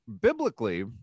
biblically